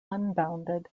unbounded